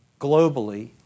globally